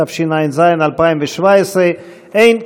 תשע"ז 2017. אין,